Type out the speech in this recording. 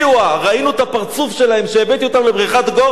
ראינו את הפרצוף שלהם כשהבאתי אותם לבריכת "גורדון".